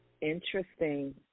Interesting